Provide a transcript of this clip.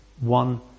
One